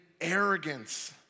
arrogance